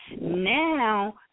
Now